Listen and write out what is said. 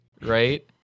right